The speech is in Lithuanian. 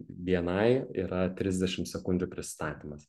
bni yra trisdešim sekundžių prisistatymas